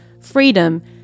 freedom